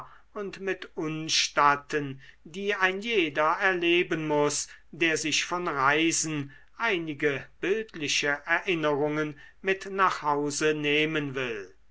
und mit unstatten die ein jeder erleben muß der sich von reisen einige bildliche erinnerungen mit nach hause nehmen will